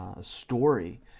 story